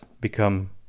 become